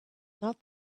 not